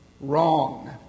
Wrong